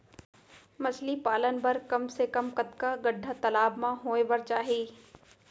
मछली पालन बर कम से कम कतका गड्डा तालाब म होये बर चाही?